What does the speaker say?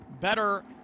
better